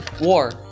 war